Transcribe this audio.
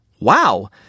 Wow